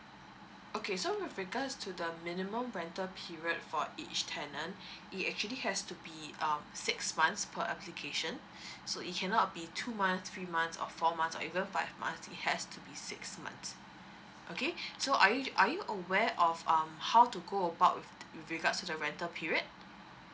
okay so with regards to the minimum rental period for each tenant it actually has to be um six months per application so it cannot be two months three months or four months or even five month it has to be six months okay so are you are you aware of um how to go about with with regards to the rental period